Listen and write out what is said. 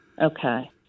Okay